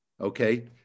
Okay